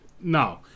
no